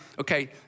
okay